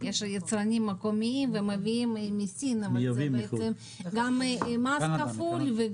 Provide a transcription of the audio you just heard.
יש יצרנים מקומיים שמייבאים מסין אבל זה בעצם גם מס כפול.